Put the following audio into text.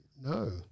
No